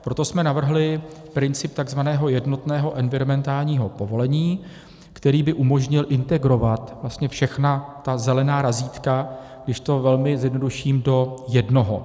Proto jsme navrhli princip takzvaného jednotného environmentálního povolení, který by umožnil integrovat všechna ta zelená razítka, když to velmi zjednoduším, do jednoho.